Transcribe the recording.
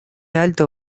alto